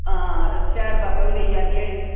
हां स्याड़ बाबै बी लेई जाह्गे